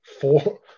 Four